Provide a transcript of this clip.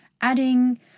adding